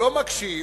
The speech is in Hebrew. לא מקשיב,